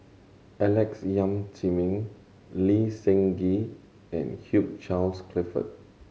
Alex Yam Ziming Lee Seng Gee and Hugh Charles Clifford